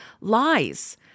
lies